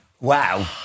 Wow